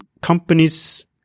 companies